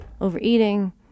overeating